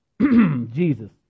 Jesus